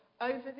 over